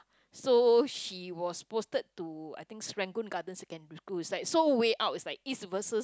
so she was posted to I think serangoon-Garden secondary school it's like so way out it's like east versus